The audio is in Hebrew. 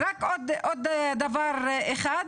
רק עוד דבר אחד.